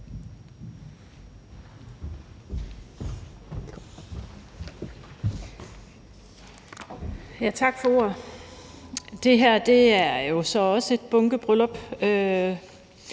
Tak for ordet. Det her er så også et bunkebryllup